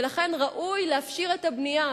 ולכן ראוי להפשיר את הבנייה.